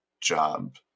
job